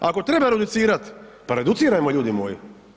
Ako treba reducirat, pa reducirajmo ljudi moji.